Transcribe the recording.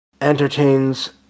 entertains